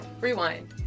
Rewind